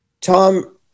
Tom